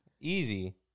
Easy